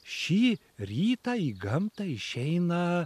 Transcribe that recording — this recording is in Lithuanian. šį rytą į gamtą išeina